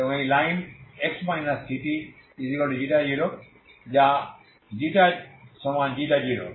এবং এই line x ct0 যা সমান ξ0